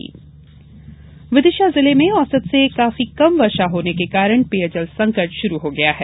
सुखाग्रस्त विदिशा विदिशा जिले में औसत से काफी कम वर्षा होने के कारण पेयजल संकट शुरू हो गया है